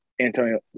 Antonio